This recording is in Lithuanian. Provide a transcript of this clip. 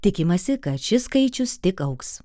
tikimasi kad šis skaičius tik augs